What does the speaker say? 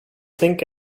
think